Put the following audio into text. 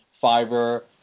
fiber